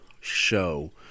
show